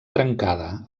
trencada